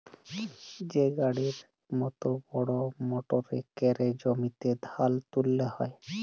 যে গাড়ির মত বড় মটরে ক্যরে জমিতে ধাল তুলা হ্যয়